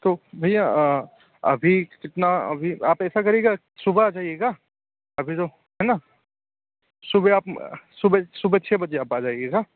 तो भैया अभी कितना अभी तो आप ऐसा करिएगा सुबह आ जाएगा अभी तो है ना सुबह आप सुबह सुबह छ भेजें आप आ जाएगा